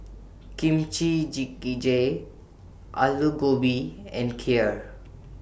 Kimchi Jjigae Alu Gobi and Kheer